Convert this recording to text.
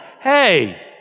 hey